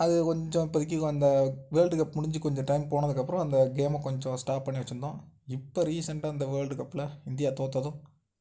அது கொஞ்சம் இப்போதைக்கி அந்த வேர்ல்டு கப் முடிஞ்சு கொஞ்சம் டைம் போனதுக்கு அப்புறம் அந்த கேமை கொஞ்சம் ஸ்டாப் பண்ணி வச்சுருந்தோம் இப்போ ரீசன்ட்டாக இந்த வேர்ல்டு கப்பில் இந்தியா தோற்றதும்